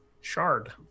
shard